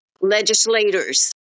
legislators